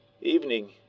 evening